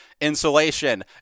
Insulation